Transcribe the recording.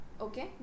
okay